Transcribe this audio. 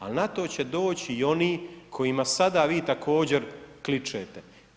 A na to će doći i oni kojima sada vi također kličete.